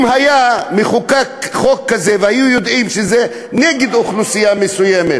אם היה מחוקק חוק כזה והיו יודעים שזה נגד אוכלוסייה מסוימת